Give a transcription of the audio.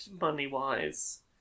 money-wise